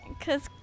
Cause